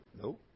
No